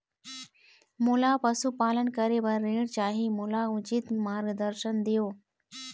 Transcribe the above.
मोला पशुपालन करे बर ऋण चाही, मोला उचित मार्गदर्शन देव?